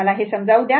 तर मला ते समजाऊ दे